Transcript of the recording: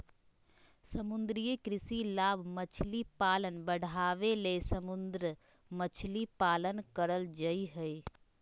समुद्री कृषि लाभ मछली पालन बढ़ाबे ले समुद्र मछली पालन करल जय हइ